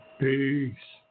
peace